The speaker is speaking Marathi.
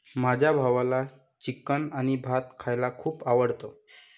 माझ्या भावाला चिकन आणि भात खायला खूप आवडतं